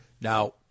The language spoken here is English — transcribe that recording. Now